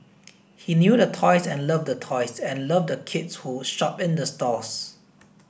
he knew the toys and loved the toys and loved the kids who would shop in the stores